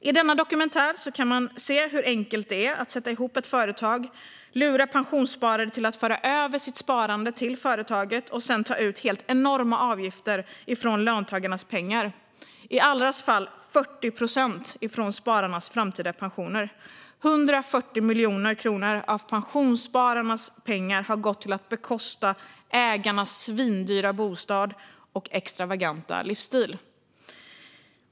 I dokumentären kan man se hur enkelt det är att sätta ihop ett företag, lura pensionssparare att föra över sitt sparande till företaget och sedan ta ut enorma avgifter från löntagarnas pengar. I Allras fall handlade det om 40 procent från spararnas framtida pensioner. 140 miljoner kronor av pensionsspararnas pengar har gått till att bekosta ägarnas svindyra bostad och extravaganta livsstil.